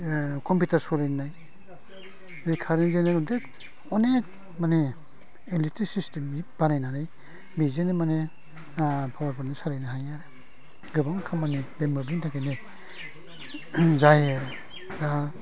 computer सालायनाय बे कारेन्टजोंनो अनेक माने इलेकट्रिक सिस्टेमनि बानायनानै बेजोंनो माने पावारखौनो सालायनो हायो आरो गोबां खामानि बे मोब्लिबनि थाखायनो जायो दा